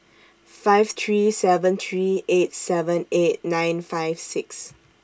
five three seven three eight seven eight nine five six